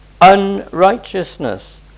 unrighteousness